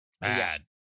Bad